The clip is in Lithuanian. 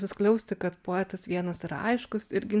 suskliausti kad poetas vienas yra aiškus irgi